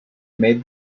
made